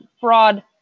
fraud